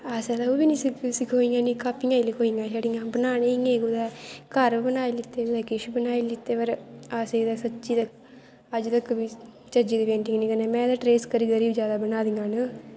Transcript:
असें ओह् बी निं सखोइयां कापियां गै लकोइयां छड़ियां बनाइयां कुदै घर बनाई लैत्ते कुदै किश बनाई लैत्ते पर असें ते सच्ची गै अज्ज तक चज्जे दी पेंटिंग करने निं आई में ते ट्रेस करी करी जैदा बनाए दियां न